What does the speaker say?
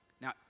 Now